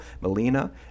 Melina